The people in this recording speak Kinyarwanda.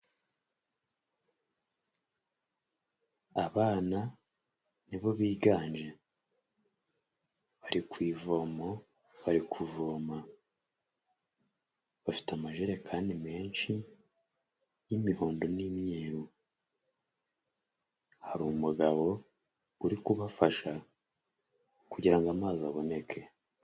Abana nibo biganje bari ku ivomo, bari kuvoma bafite amajerekani menshi y'imihondo n'imyeru, hari umugabo uri kubafasha kugira ngo amazi aboneke.